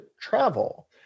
travel